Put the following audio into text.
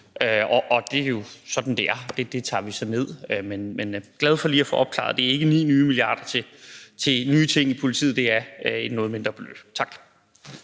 og det er jo sådan, det er. Det tager vi så ned. Men jeg er glad for lige at få opklaret, at det ikke er ni nye milliarder til nye ting i politiet; det er et noget mindre beløb. Tak.